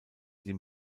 dem